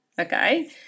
okay